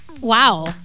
Wow